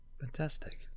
fantastic